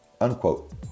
unquote